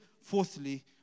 fourthly